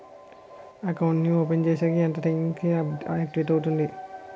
Account నీ open చేశాక ఎంత టైం కి ఆక్టివేట్ అవుతుంది?